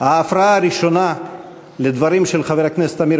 ההפרעה הראשונה לדברים של חבר הכנסת עמיר